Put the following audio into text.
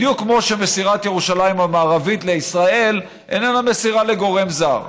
זה בדיוק כמו שמסירת ירושלים המערבית לישראל איננה מסירה לגורם זר.